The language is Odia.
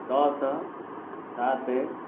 ଦଶ ସାତ